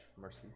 mercy